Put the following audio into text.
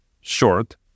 short